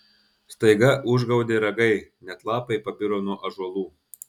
staiga užgaudė ragai net lapai pabiro nuo ąžuolų